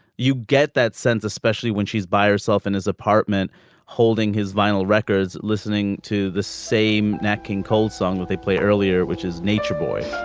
you get that sense especially when she's by herself in his apartment holding his vinyl records listening to the same nat king cole song that they play earlier which is nature boy